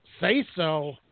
say-so